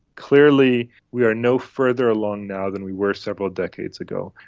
clearly we are no further a long now than we were several decades ago.